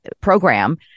program